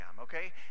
okay